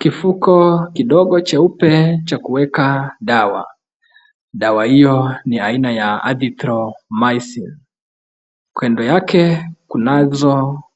Mifuko kidogo cheupe cha kuweka dawa. Dawa hiyo ni aina ya adithrow mycine. Kando yake kunazo